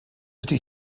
ydy